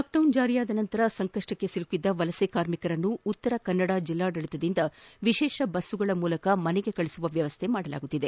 lockdown ಜಾರಿಯಾದ ನಂತರ ಸಂಕಷ್ಟಕ್ಕೆ ಸಿಲುಕಿದ್ದ ವಲಸೆ ಕಾರ್ಮಿಕರನ್ನು ಉತ್ತರ ಕನ್ನಡ ಜಿಲ್ಲಾಡಳಿತದಿಂದ ವಿಶೇಷ ಬಸ್ಗಳ ಮೂಲಕ ಮನೆಗೆ ಕಳುಹಿಸುವ ವ್ಯವಸ್ಥೆ ಮಾಡಲಾಗುತ್ತಿದೆ